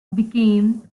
became